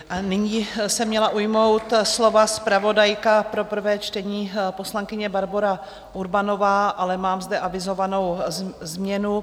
A nyní se měla ujmout slova zpravodajka pro prvé čtení, poslankyně Barbora Urbanová, ale mám zde avizovanou změnu.